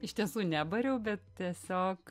iš tiesų nebariau bet tiesiog